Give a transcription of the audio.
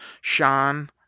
Sean